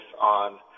on